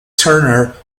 turner